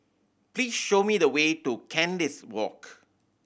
please show me the way to Kandis Walk